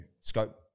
scope